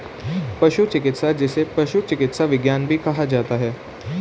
पशु चिकित्सा, जिसे पशु चिकित्सा विज्ञान भी कहा जाता है